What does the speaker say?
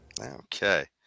Okay